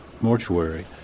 mortuary